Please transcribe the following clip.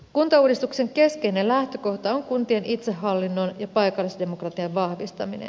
kuntauudistuksen keskeinen lähtökohta on kuntien itsehallinnon ja paikallisdemokratian vahvistaminen